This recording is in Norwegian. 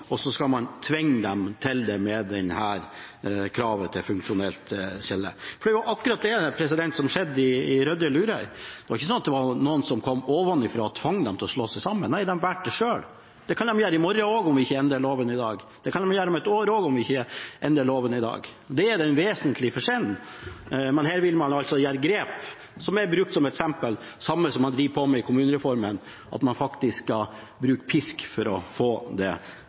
og så skal man tvinge dem til å gjøre det med dette kravet til funksjonelt skille. Det er jo akkurat det som skjedde med Rødøy-Lurøy. Det var ikke sånn at noen kom ovenfra og tvang dem til å slå seg sammen. Nei, de valgte det selv. Det kan de gjøre i morgen også, om vi ikke endrer loven i dag. Det kan de gjøre om ett år også, om vi ikke endrer loven i dag. Dette er den vesentlige forskjellen. Men her vil man altså gjøre grep som er det samme som man driver på med i kommunereformen, som er brukt som eksempel, ved at man bruker pisk for å få det